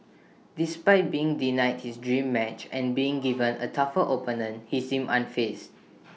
despite being denied his dream match and being given A tougher opponent he seems unfazed